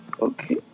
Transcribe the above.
Okay